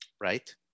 right